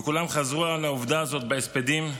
וכולם חזרו על העובדה הזאת בהספדים,